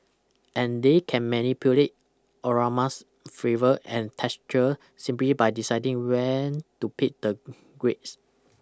and they can manipulate aromas fravours and textures simply by deciding when to pick the grapes